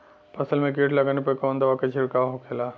फसल में कीट लगने पर कौन दवा के छिड़काव होखेला?